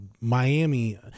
Miami